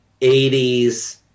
80s